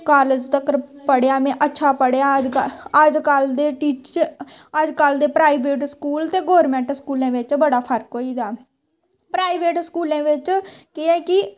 college तक्कर पढ़ेआ में अच्छा पढ़ेआ अजकल्ल अजकल्ल दे टीचर अजकल्ल दे प्राईवेट स्कूल ते गौरमैंट स्कूलें बिच्च बड़ा फर्क होई गेदा प्राईवेट स्कूलें बिच्च केह् ऐ कि